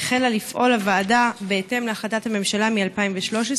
החלה לפעול הוועדה בהתאם להחלטת הממשלה מ-2013,